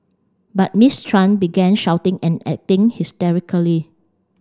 but Miss Tran began shouting and acting hysterically